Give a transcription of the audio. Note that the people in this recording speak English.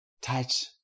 Touch